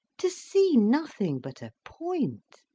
to see nothing but a point!